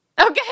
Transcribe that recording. Okay